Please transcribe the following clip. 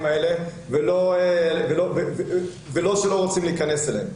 האלה ולא שלא רוצים להיכנס אליהם.